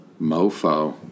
Mofo